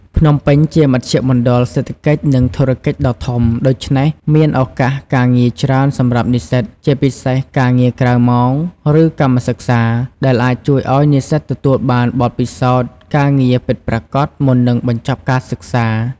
ភ្នំពេញជាមជ្ឈមណ្ឌលសេដ្ឋកិច្ច និងធុរកិច្ចដ៏ធំ ដូច្នេះមានឱកាសការងារច្រើនសម្រាប់និស្សិត ជាពិសេសការងារក្រៅម៉ោង ឬកម្មសិក្សា ដែលអាចជួយឲ្យនិស្សិតទទួលបានបទពិសោធន៍ការងារពិតប្រាកដមុននឹងបញ្ចប់ការសិក្សា។